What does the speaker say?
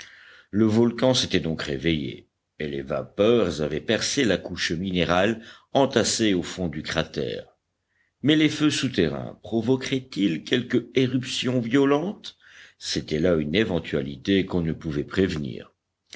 le volcan s'était donc réveillé et les vapeurs avaient percé la couche minérale entassée au fond du cratère mais les feux souterrains provoqueraient ils quelque éruption violente c'était là une éventualité qu'on ne pouvait prévenir